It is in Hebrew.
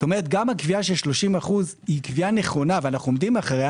גם הקביעה של 30% היא נכונה ואנו עומדים אחריה